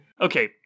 Okay